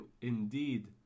indeed